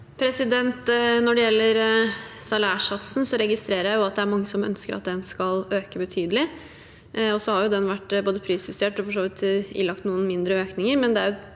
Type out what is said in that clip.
Når det gjelder salærsatsen, registrerer jeg at det er mange som ønsker at den skal øke betydelig. Den har vært både prisjustert og for så vidt ilagt noen mindre økninger,